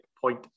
point